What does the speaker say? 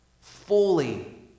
fully